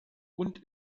und